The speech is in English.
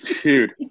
Dude